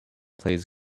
plays